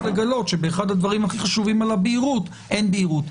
לגלות שבאחד הדברים הכי חשובים על הבהירות אין בהירות.